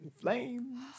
Flames